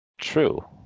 true